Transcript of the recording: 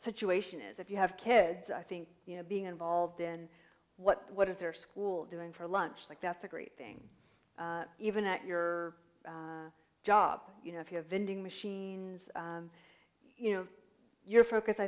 situation is if you have kids i think you know being involved in what what is their school doing for lunch like that's a great thing even at your job you know if you have vending machines you know your focus i